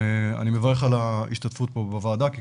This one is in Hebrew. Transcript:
אני מברך על ההשתתפות פה בוועדה כי